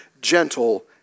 gentle